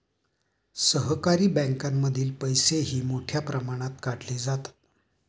सहकारी बँकांमधील पैसेही मोठ्या प्रमाणात काढले जातात